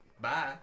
bye